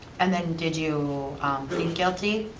and then did you plead guilty,